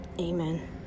Amen